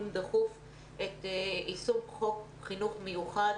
דחוף את איסור התיקון לחוק חינוך מיוחד.